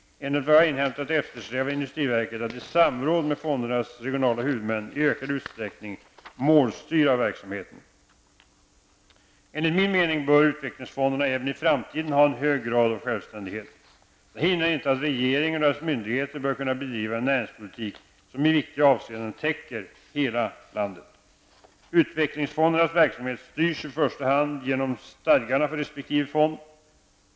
Enligt vad jag har inhämtat eftersträvar industriverket att i samråd med fondernas regionala huvudmän i ökad utsträckning målstyra verksamheten. Enligt min mening bör utvecklingsfonderna även i framtiden ha en hög grad av självständighet. Det hindrar inte att regeringen och dess myndigheter bör kunna bedriva en näringspolitik som i viktiga avseenden täcker hela landet. Utvecklingsfondernas verksamhet styrs i första hand genom stadgarna för resp. fond.